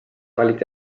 valiti